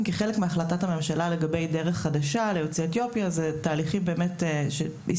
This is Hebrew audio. כחלק מהחלטת הממשלה לגבי דרך חדשה ליוצאי אתיופיה תהליכים שהסתיימו